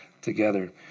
together